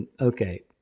okay